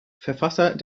verfasser